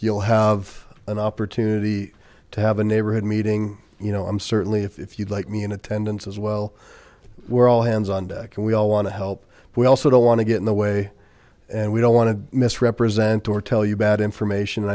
you'll have an opportunity to have a neighborhood meeting you know i'm certainly if you'd like me in attendance as well we're all hands on deck and we all want to help we also don't want to get in the way and we don't want to misrepresent or tell you bad information